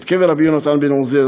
את קבר רבי יונתן בן עוזיאל,